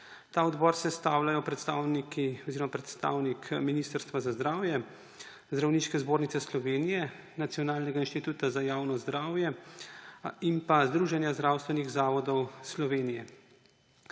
Ta odbor sestavljajo predstavniki oziroma predstavnik Ministrstva za zdravje, Zdravniške zbornice Slovenije, Nacionalnega inštituta za javno zdravje in pa Združenja zdravstvenih zavodov Slovenije.